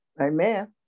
Amen